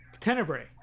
Tenebrae